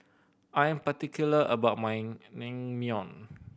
I'm particular about my Naengmyeon